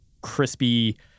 crispy